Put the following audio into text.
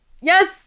Yes